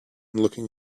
looking